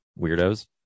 weirdos